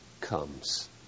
comes